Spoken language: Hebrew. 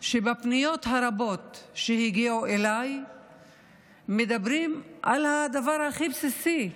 שבפניות הרבות שהגיעו אליי מדברים על הדבר הכי בסיסי: